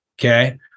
okay